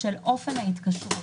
של אופן ההתקשרות,